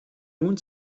nun